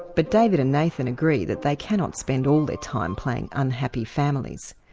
but david and nathan agree that they cannot spend all their time playing unhappy families.